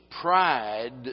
pride